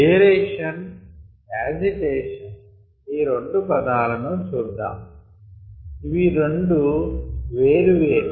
aeration agitation ఈ రెండు పదాలను చూద్దాం ఇవి రెండు వేరు వేరు